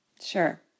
Sure